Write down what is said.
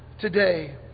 today